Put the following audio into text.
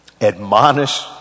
Admonish